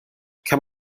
kann